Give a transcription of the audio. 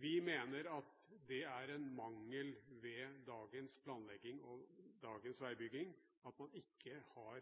Vi mener at det er en mangel ved dagens planlegging og dagens veibygging, at man ikke har